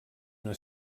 una